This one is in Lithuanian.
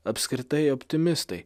apskritai optimistai